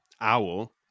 owl